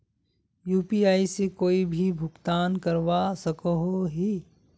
UPI से कोई भी भुगतान करवा सकोहो ही?